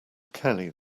kelly